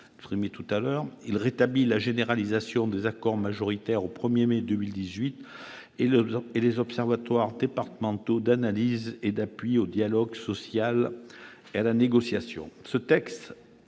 Il rétablit la généralisation des accords majoritaires au 1 mai 2018 et les observatoires départementaux d'analyse et d'appui au dialogue social et à la négociation.